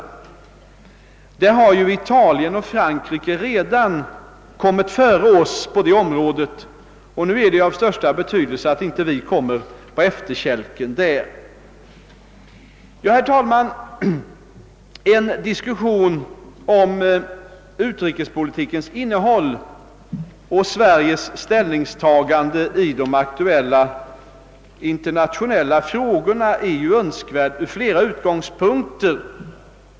På detta område har ju Italien och Frankrike redan hunnit före oss, och nu är det av största betydelse att vi inte kommer på efterkälken där. Herr talman! En diskussion om utrikespolitikens innehåll och Sveriges ställningstagande i de aktuella, internationella frågorna är önskvärd av flera skäl.